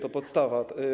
To podstawa.